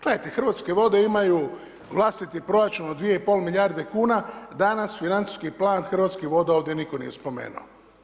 Gledajte, Hrvatske vode imaju vlastiti proračun od 2,5 milijarde kn, danas financijski plan Hrvatskih voda ovdje nitko nije spomenuo.